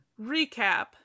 Recap